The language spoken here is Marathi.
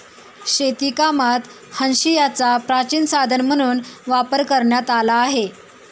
शेतीकामात हांशियाचा प्राचीन साधन म्हणून वापर करण्यात आला आहे